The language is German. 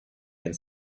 den